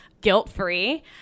guilt-free